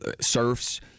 surfs